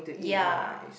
ya